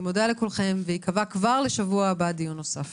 תודה רבה, ייקבע כבר לשבוע הבא דיון נוסף.